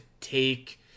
Take